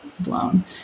blown